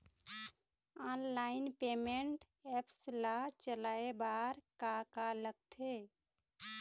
Online payment apps ला चलाए बार का का लगथे?